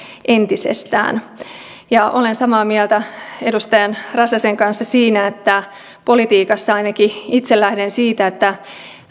entisestään olen samaa mieltä edustaja räsäsen kanssa sikäli että politiikassa ainakin itse lähden siitä että